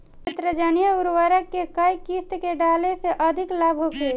नेत्रजनीय उर्वरक के केय किस्त में डाले से अधिक लाभ होखे?